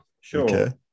Sure